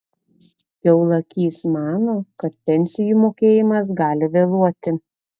kiaulakys mano kad pensijų mokėjimas gali vėluoti